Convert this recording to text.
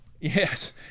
Yes